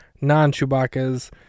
non-Chewbacca's